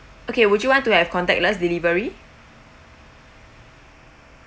okay would you want to have contactless delivery